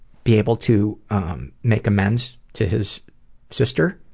be able to um make amends to his sister.